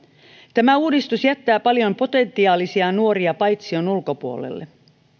tämä uudistus jättää paljon potentiaalisia nuoria paitsioon ulkopuolelle